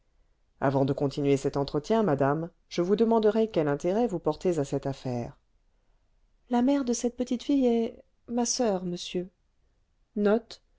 avant de continuer cet entretien madame je vous demanderai quel intérêt vous portez à cette affaire la mère de cette petite fille est ma soeur monsieur